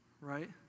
Right